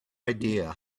idea